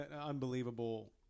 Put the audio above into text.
unbelievable